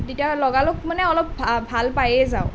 তেতিয়া লগালগ মানে অলপ ভাল পায়েই যাওঁ